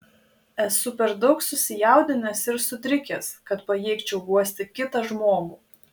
esu per daug susijaudinęs ir sutrikęs kad pajėgčiau guosti kitą žmogų